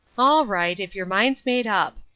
all right, if your mind's made up,